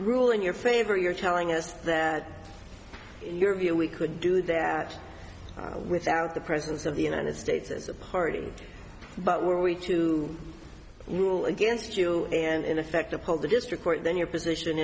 rule in your favor you're telling us that your view we could do that without the presence of the united states as a party but were we to rule against you and in effect uphold the district court then your position